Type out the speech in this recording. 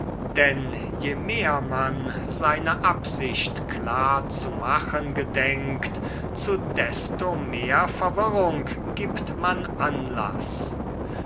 denn je mehr man seine absicht klar zu machen gedenkt zu desto mehr verwirrung gibt man anlaß